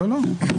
לא, לא.